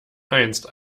einst